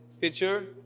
feature